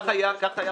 כך היה,